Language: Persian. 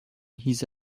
هیز